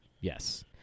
Yes